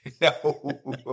No